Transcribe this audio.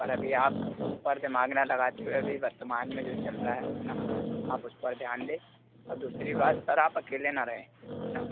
पर अभी आप उस पर दिमाग़ ना लगाते हुए अभी वर्तमान में जो चल रहा है है ना आप उस पर ध्यान दें और दूसरी बात सर आप अकेले ना रहें न